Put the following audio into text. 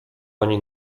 ani